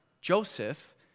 Joseph